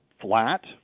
flat